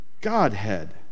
Godhead